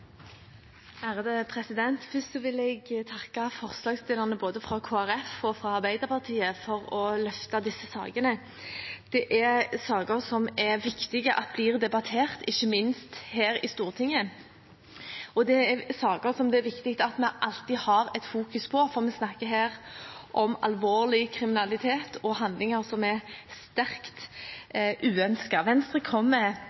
Først vil jeg takke forslagsstillerne, både fra Kristelig Folkeparti og fra Arbeiderpartiet, for å ha løftet disse sakene. Det er saker som det er viktig at blir debattert, ikke minst her i Stortinget, og det er saker som det er viktig at vi alltid fokuserer på, for vi snakker her om alvorlig kriminalitet og handlinger som er sterkt uønsket. Venstre kommer